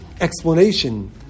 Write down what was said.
explanation